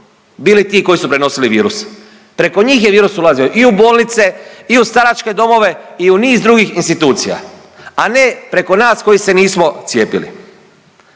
bili ti koji su prenosili virus. Preko njih je virus ulazio i u bolnice i u staračke domove i u niz drugih institucija, a ne preko nas koji se nismo cijepili.